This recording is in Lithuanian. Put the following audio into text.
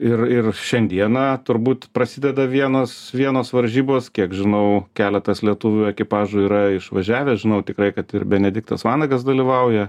ir ir šiandieną turbūt prasideda vienos vienos varžybos kiek žinau keletas lietuvių ekipažų yra išvažiavę žinau tikrai kad ir benediktas vanagas dalyvauja